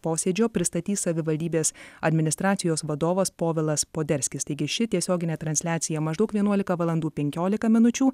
posėdžio pristatys savivaldybės administracijos vadovas povilas poderskis taigi ši tiesioginė transliacija maždaug vienuolika valandų penkiolika minučių